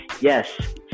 Yes